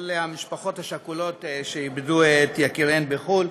המשפחות השכולות שאיבדו את יקיריהן בחו"ל,